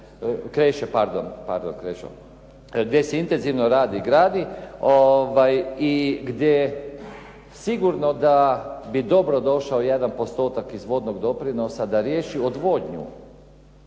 Krešo, pardon, Krešo, gdje se intenzivno radi i gradi, gdje sigurno da bi dobro došao jedan postotak iz vodnog doprinosa da riješi odvodnju.